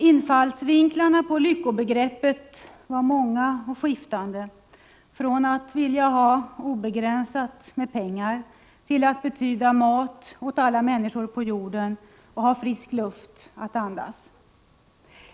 Infallsvinklarna på lyckobegreppet var många och skiftande — från att vilja ha obegränsat med pengar till att betyda mat åt alla människor på jorden och att ha frisk luft att andas.